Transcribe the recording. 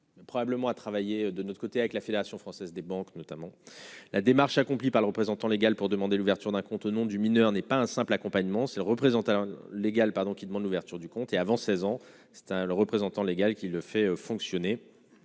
probablement à travailler de notre côté, avec la Fédération française des banques, notamment la démarche accomplie par le représentant légal pour demander l'ouverture d'un compte au nom du mineur n'est pas un simple accompagnement c'est représentant légal, pardon, qui demande l'ouverture du compte et avant 16 ans c'est un le représentant légal qui le fait fonctionner